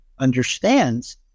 understands